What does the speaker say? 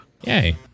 Yay